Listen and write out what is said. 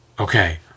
Okay